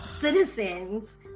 citizens